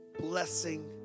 blessing